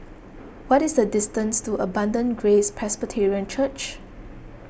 what is the distance to Abundant Grace Presbyterian Church